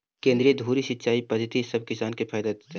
केंद्रीय धुरी सिंचाई पद्धति सब किसान के फायदा देतइ